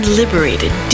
liberated